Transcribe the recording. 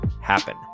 happen